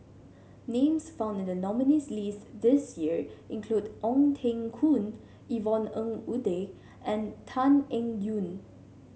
names found in the nominees' list this year include Ong Teng Koon Yvonne Ng Uhde and Tan Eng Yoon